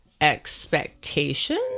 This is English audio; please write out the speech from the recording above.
expectations